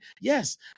Yes